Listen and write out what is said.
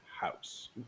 house